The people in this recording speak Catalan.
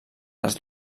les